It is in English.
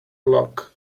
bloke